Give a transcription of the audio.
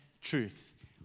truth